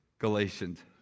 Galatians